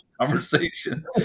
conversation